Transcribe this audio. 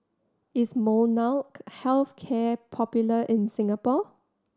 is Molnylcke Health Care popular in Singapore